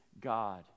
God